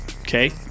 okay